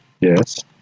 Yes